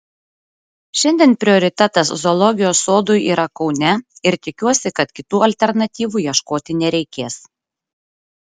šiandien prioritetas zoologijos sodui yra kaune ir tikiuosi kad kitų alternatyvų ieškoti nereikės